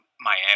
miami